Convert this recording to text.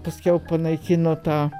paskiau panaikino tą